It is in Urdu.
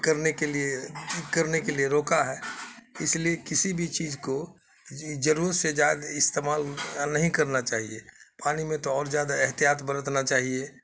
کرنے کے لیے کرنے کے لیے روکا ہے اس لیے کسی بھی چیز کو ضرورت سے زیادہ استعمال نہیں کرنا چاہیے پانی میں تو اور زیادہ احتیاط برتنا چاہیے